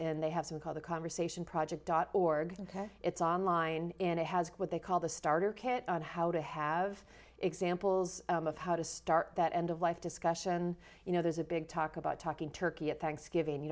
and they have so called the conversation project dot org it's online and it has what they call the starter kit on how to have examples of how to start that end of life discussion you know there's a big talk about talking turkey at thanksgiving